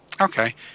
Okay